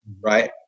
right